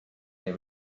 they